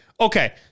Okay